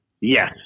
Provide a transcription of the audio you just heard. Yes